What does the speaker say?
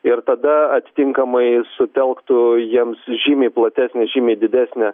ir tada atitinkamai sutelktų jiems žymiai platesnę žymiai didesnę